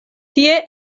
tie